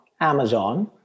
Amazon